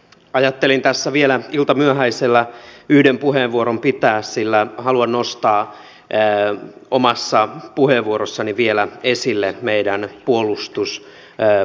ajattelin tässä vielä iltamyöhäisellä yhden puheenvuoron pitää sillä haluan nostaa omassa puheenvuorossani vielä esille meidän puolustusbudjettimme